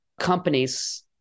companies